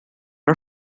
are